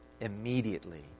Immediately